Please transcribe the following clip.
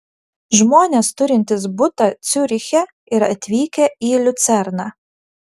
žmonės turintys butą ciuriche ir atvykę į liucerną